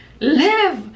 live